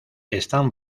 están